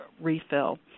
refill